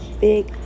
big